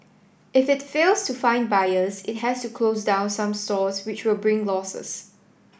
if it fails to find buyers it has to close down some stores which will bring losses